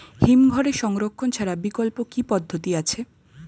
হিমঘরে সংরক্ষণ ছাড়া বিকল্প কি পদ্ধতি আছে?